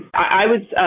i was,